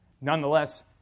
Nonetheless